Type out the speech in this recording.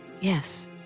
Yes